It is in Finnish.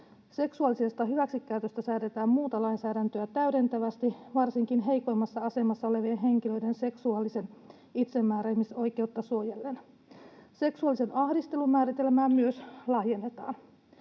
Seksuaalisesta hyväksikäytöstä säädetään muuta lainsäädäntöä täydentävästi, varsinkin heikoimmassa asemassa olevien henkilöiden seksuaalista itsemääräämisoikeutta suojellen. Seksuaalisen ahdistelun määritelmää myös laajennetaan.